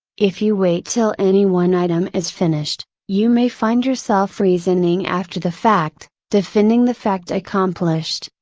if you wait till any one item is finished, you may find yourself reasoning after the fact, defending the fact accomplished,